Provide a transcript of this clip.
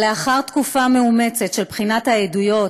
לאחר תקופה מאומצת של בחינת עדויות,